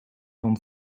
van